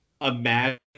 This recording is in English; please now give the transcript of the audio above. imagine